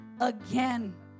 Again